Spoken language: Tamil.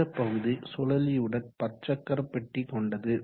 இந்த பகுதி சுழலியுடன் பற்சக்கர பெட்டி கொண்டது